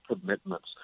commitments